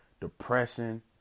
depression